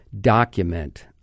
document